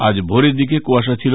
আজ ভোরের দিকে কুয়াশা ছিল